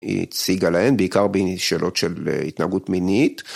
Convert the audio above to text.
היא הציגה להן, בעיקר בשאלות של התנהגות מינית.